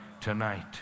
tonight